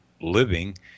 living